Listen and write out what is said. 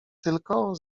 tylko